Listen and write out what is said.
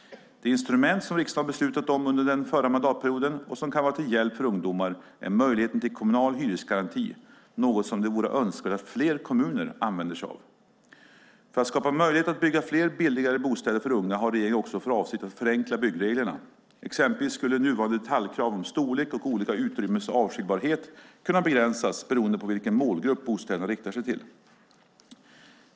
Det instrument som riksdagen beslutat om under den förra mandatperioden, och som kan vara till hjälp för ungdomar, är möjligheten till kommunal hyresgaranti, något som det vore önskvärt att fler kommuner använde sig av. För att skapa möjligheter att bygga fler och billigare bostäder för unga har regeringen också för avsikt att förenkla byggreglerna. Exempelvis skulle nuvarande detaljkrav om storlek och olika utrymmens avskiljbarhet kunna begränsas beroende på vilken målgrupp bostäderna riktar sig till.